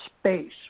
space